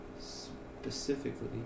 specifically